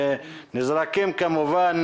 ונזרקים כמובן?